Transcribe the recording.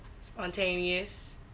spontaneous